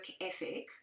ethic